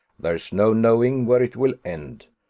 there's no knowing where it will end.